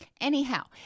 Anyhow